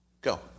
Go